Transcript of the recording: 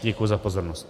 Děkuji za pozornost.